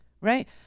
right